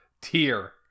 tier